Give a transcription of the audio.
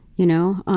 you know.